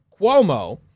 Cuomo